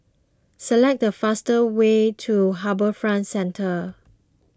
select the fastest way to HarbourFront Centre